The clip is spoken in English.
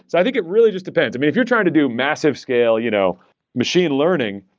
so i think it really just depends. i mean, if you're trying to do massive scale you know machine learning,